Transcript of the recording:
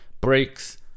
breaks